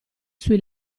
sui